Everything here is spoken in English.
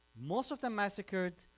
most of them massacred,